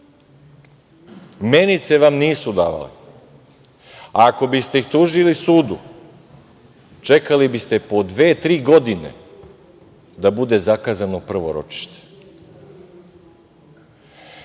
Menice vam nisu davali. Ako bi ste ih tužili sudu, čekali bi ste po dve, tri godine da bude zakazano prvo ročište.